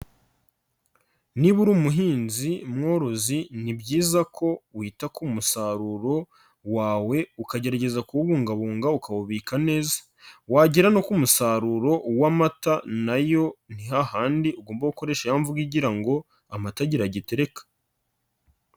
Niba uri umuhinzi mworozi, ni byiza ko wita ku musaruro wawe ukagerageza kuwubungabunga ukawubika neza. Wagera no ku musaruro w'amata nayo nihahandi ugomba gukoresha ya mvugo igira ngo amata agira agitereka.